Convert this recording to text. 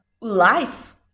life